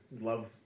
love